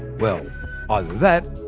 well, either that,